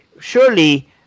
surely